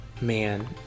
man